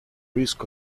risk